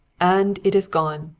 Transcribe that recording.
and it is gone!